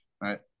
right